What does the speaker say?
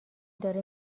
داره